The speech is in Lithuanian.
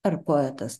ar poetas